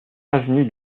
avenue